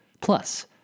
Plus